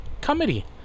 Comedy